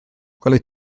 gwelwyd